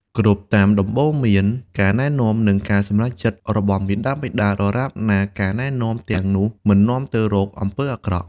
គោរពតាមដំបូន្មាន ការណែនាំ និងការសម្រេចចិត្តរបស់មាតាបិតា ដរាបណាការណែនាំទាំងនោះមិននាំទៅរកអំពើអាក្រក់។